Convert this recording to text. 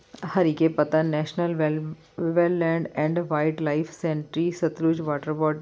Harike Pattan national well wetland and wildlife sanctuary Sutlej water ਬੋ